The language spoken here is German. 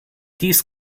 dies